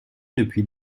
depuis